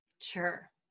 Sure